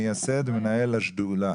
מייסד ומנהל השדולה.